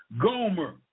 Gomer